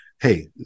hey